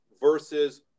versus